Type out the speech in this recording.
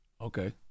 Okay